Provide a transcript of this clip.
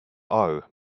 are